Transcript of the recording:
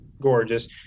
gorgeous